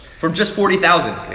from just forty thousand?